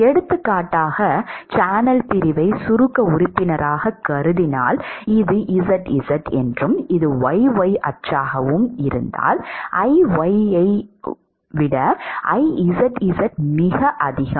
எடுத்துக்காட்டாக சேனல் பிரிவை சுருக்க உறுப்பினராகக் கருதினால் இது z z என்றும் இது y y அச்சாகவும் இருந்தால் Iyy ஐ விட Izz மிக அதிகம்